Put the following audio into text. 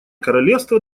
королевство